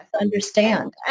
understand